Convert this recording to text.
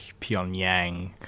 Pyongyang